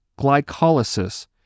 glycolysis